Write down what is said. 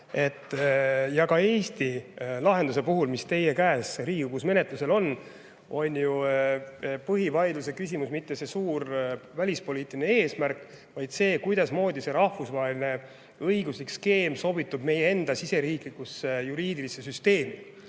Ka Eesti lahenduse puhul, mis on teie käes Riigikogus menetlusel, ei ole ju põhivaidlusküsimus mitte see suur välispoliitiline eesmärk, vaid on see, kuidas see rahvusvaheline õiguslik skeem sobitub meie enda riigi juriidilisse süsteemi.